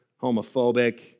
homophobic